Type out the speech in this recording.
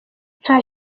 nta